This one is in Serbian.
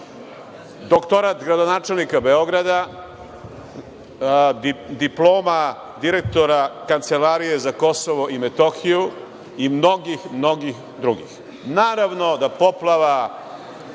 doktorat gradonačelnika Beograda, diploma direktora Kancelarije za Kosovo i Metohiju i mnogih, mnogih drugih. Naravno, da poplava